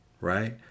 Right